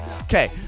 Okay